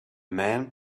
man